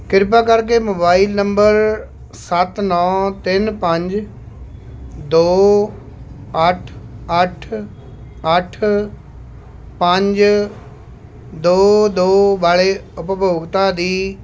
ਕ੍ਰਿਪਾ ਕਰਕੇ mobile number ਸੱਤ ਨੌ ਤਿੰਨ ਪੰਜ ਦੋ ਅੱਠ ਅੱਠ ਅੱਠ ਪੰਜ ਦੋ ਦੋ ਵਾਲੇ ਉਪਭੋਗਤਾ ਦੀ